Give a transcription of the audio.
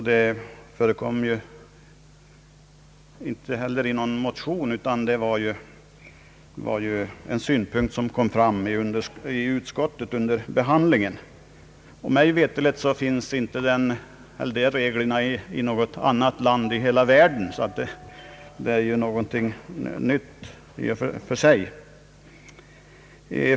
Det förekommer inte heller i någon motion, utan det var en synpunkt som kom fram i utskottet under behandlingen. Mig veterligt finns inte de reglerna i något annat land i hela världen; det är något alldeles nytt.